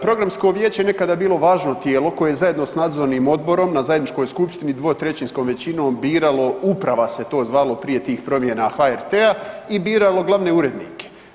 Programsko vijeće nekada je bilo važno tijelo koje je zajedno sa nadzornim odborom na zajedničkoj skupštini 2/3 većinom biralo uprava se to zvalo prije tih promjena HRT-a i biralo glavne urednike.